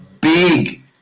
Big